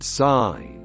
sign